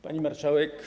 Pani Marszałek!